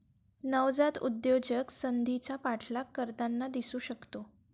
नवजात उद्योजक संधीचा पाठलाग करताना दिसू शकतो